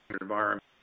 environment